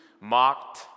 mocked